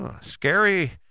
Scary